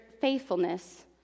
faithfulness